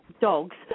dogs